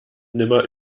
nimmer